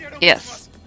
Yes